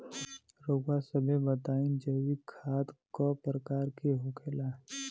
रउआ सभे बताई जैविक खाद क प्रकार के होखेला?